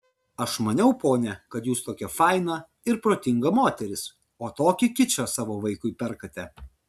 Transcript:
aš maniau ponia kad jūs tokia faina ir protinga moteris o tokį kičą savo vaikui perkate